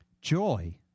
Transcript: Joy